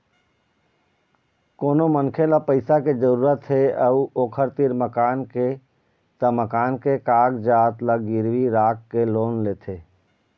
कोनो मनखे ल पइसा के जरूरत हे अउ ओखर तीर मकान के त मकान के कागजात ल गिरवी राखके लोन लेथे